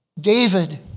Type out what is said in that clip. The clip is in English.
David